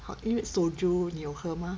好因为 soju 你有喝吗